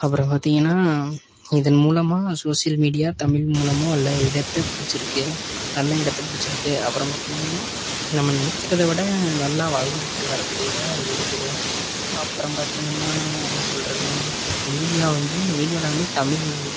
அப்புறம் பார்த்தீங்கன்னா இதன் மூலமாக சோசியல் மீடியா தமிழ் மூலமாகவும் நல்ல இடத்தை பிடிச்சிருக்கு நல்ல இடத்தை பிடிச்சிருக்கு அப்புறம் பார்த்தீங்கன்னா நம்ம நினைக்கிறதை விட நல்லா வளர்ந்துக்கிட்டு வரக்கூடியதாக இது இருக்குது அப்புறம் பார்த்தீங்கன்னா என்ன சொல்கிறது மீடியா வந்து மீடியாவில் வந்து தமிழ்